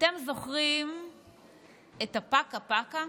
אתם זוכרים את הפקה-פקה?